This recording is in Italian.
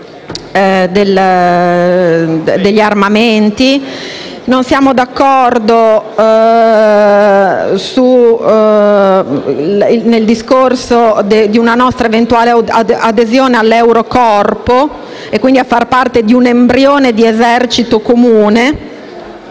né quello relativo ad a una nostra eventuale adesione all'Eurocorpo e quindi a far parte di un embrione di esercito comune.